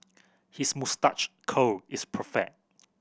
his moustache curl is perfect